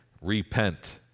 repent